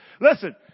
Listen